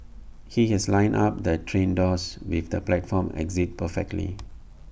he has lined up the train doors with the platform exit perfectly